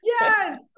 yes